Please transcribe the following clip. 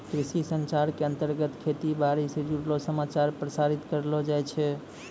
कृषि संचार के अंतर्गत खेती बाड़ी स जुड़लो समाचार प्रसारित करलो जाय छै